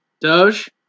Doge